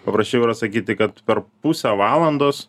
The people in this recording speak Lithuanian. paprasčiau yra sakyti kad per pusę valandos